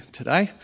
today